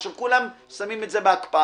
עכשיו כולם שמים את זה בהקפאה,